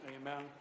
Amen